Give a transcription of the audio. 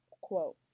quote